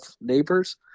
neighbors